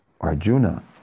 Arjuna